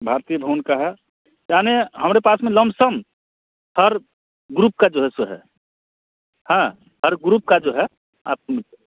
भारतीय भवन का है यानी हमरे पास में लम सम हर ग्रुप का जो है सो है हाँ हर ग्रुप का जो है आप उनको